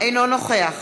אינו נוכח